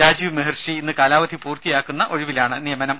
രാജീവ് മെഹിർഷി ഇന്ന് കാലാവധി പൂർത്തിയാക്കുന്ന ഒഴിവിലാണ് നിയമനം